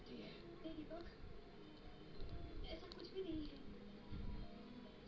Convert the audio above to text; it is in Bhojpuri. वार्षिक आय जइसे वेतन, बोनस, कमीशन, ओवरटाइम वेतन, पेंशन, भविष्य निधि आदि हौ